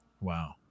Wow